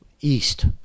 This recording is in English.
east